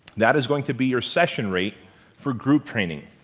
that is going to be your session rate for group training,